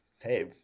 hey